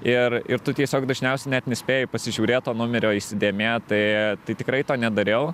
ir ir tu tiesiog dažniausiai net nespėji pasižiūrėt to numerio įsidėmėt tai tai tikrai to nedariau